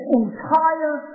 entire